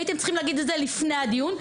הייתם צריכים להגיד לפני הדיון,